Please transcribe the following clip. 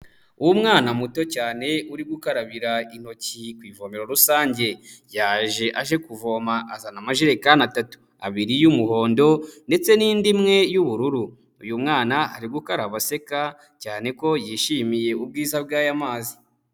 Umwana muto cyane uri gukarabira intoki ku ivomero rusange, yaje aje kuvoma azana amajerekani atatu, abiri y'umuhondo ndetse n'indi imwe y'ubururu, uyu mwana ari gukaraba aseka cyane ko yishimiye ubwiza bw'aya mazi.